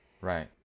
Right